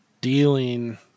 dealing